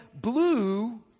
blue